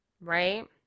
right